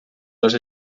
les